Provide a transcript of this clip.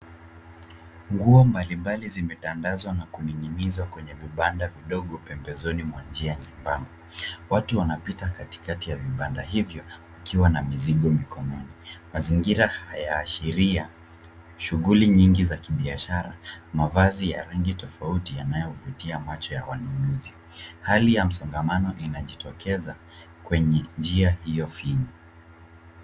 Nguo mbalimbali zimetandazwa na kuning'inizwa kwenye vibanda vidogo pembezoni mwa njia nyembamba. Watu wanapita katikati ya vibanda hivyo wakiwa na mizigo mikononi. Mazingira haya yaashiria shughuli nyingi za kibiashara, mavazi ya rangi tofauti yanayovutia macho ya wanunuzi. Hali ya msongamano inajitokeza kwenye njia hiyo finye.